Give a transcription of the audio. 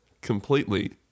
completely